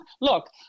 Look